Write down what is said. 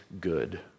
good